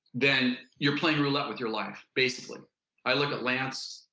then you're playing roulette with your life basically i look at lance,